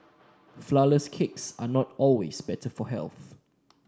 flour less cakes are not always better for health